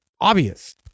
obvious